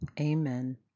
Amen